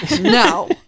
No